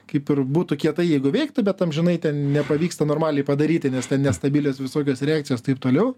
kaip ir būtų kietai jeigu veiktų bet amžinai ten nepavyksta normaliai padaryti nes nestabilios visokias reakcijos taip toliau